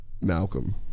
Malcolm